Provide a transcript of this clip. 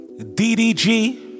DDG